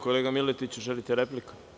Kolega Miletiću, želite repliku?